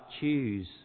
choose